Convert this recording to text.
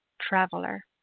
traveler